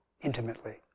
intimately